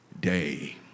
Day